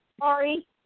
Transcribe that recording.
Sorry